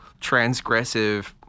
transgressive